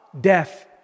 death